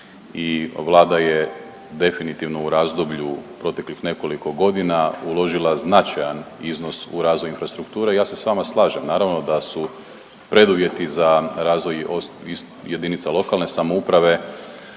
i Vlada je definitivno u razdoblju proteklih nekoliko godina uložila značajan iznos u razvoj infrastrukture. I ja se s vama slažem. Naravno da su preduvjeti za razvoj jedinica lokalne samouprave